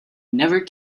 never